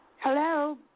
Hello